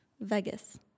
Vegas